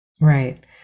Right